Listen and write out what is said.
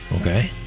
Okay